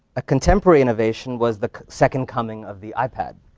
a contemporary innovation was the second coming of the ipad.